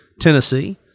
Tennessee